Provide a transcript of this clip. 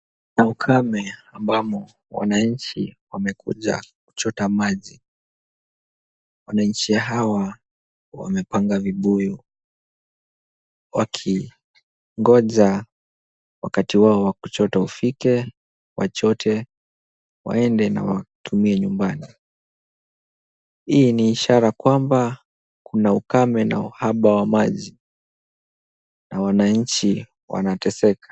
Ukame ambamo wananchi wamekuja kuchota maji. Wananchi hawa wamepanga vibuyu, wakingoja wakati wao wa kuchota ufike, wachote waende na watumie nyumbani. Hii ni ishara kwamba kuna ukame na uhaba wa maji na wananchi wanateseka.